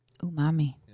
Umami